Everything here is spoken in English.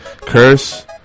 curse